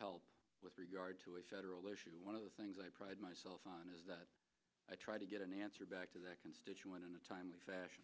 help with regard to a federal issue one of the things i pride myself on is that i try to get an answer back to that constituent in a timely fashion